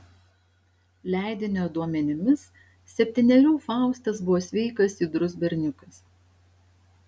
leidinio duomenimis septynerių faustas buvo sveikas judrus berniukas